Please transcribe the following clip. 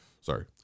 sorry